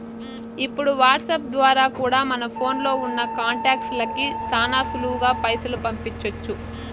ఇప్పుడు వాట్సాప్ ద్వారా కూడా మన ఫోన్లో ఉన్నా కాంటాక్ట్స్ లకి శానా సులువుగా పైసలు పంపించొచ్చు